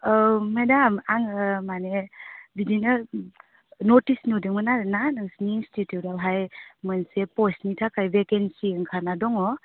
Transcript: औ मेडाम आङो माने बिदिनो नटिस नुदोंमोन आरोना नोंसोरनि इन्सटिटिउटआवहाय मोनसे पस्टनि थाखाय भेकेन्सि ओंखारना दङ